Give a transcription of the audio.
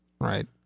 Right